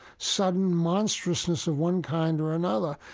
sudden monstrousness of one kind or another.